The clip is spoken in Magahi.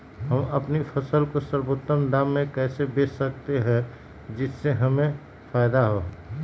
हम अपनी फसल को सर्वोत्तम दाम में कैसे बेच सकते हैं जिससे हमें फायदा हो?